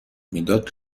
میداد